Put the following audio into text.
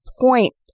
point